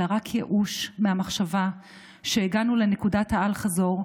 אלא רק ייאוש מהמחשבה שהגענו לנקודת האל-חזור,